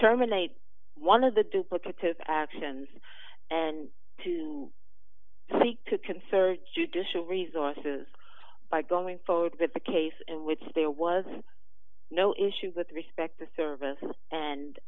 terminate one of the duplicative actions and to seek to conserve judicial resources by going forward with a case in which there was no issue with respect the service and